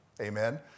Amen